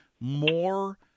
more